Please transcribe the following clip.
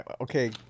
okay